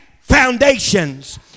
foundations